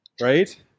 right